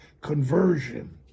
conversion